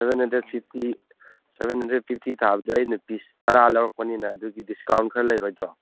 seven hundred fifty seven hundred fifty ꯇꯕꯗꯣ ꯑꯩꯅ piece ꯇꯔꯥ ꯂꯧꯔꯛꯄꯅꯤꯅ ꯑꯗꯨꯒꯤ ꯗꯤꯁꯀꯥꯎ ꯈꯔ ꯂꯩꯔꯣꯏꯗ꯭ꯔꯣ